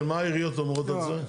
כן, מה העיריות אומרות על זה?